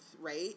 right